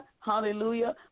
Hallelujah